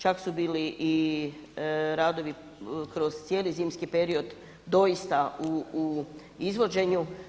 Čak su bili radovi kroz cijeli zimski period, doista u izvođenju.